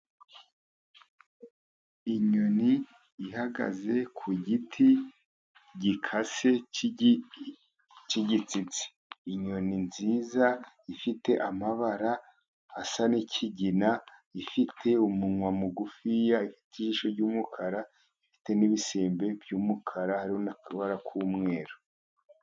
Inyoni ihagaze ku giti gikase cy'igitsitsi, inyoni nziza ifite amabara asa n'ikigina, ifite umunwa mugufiya, ifite ijisho ry'umukara, ifite n'ibisembe by'umukara hariho n'akabara k'umweru.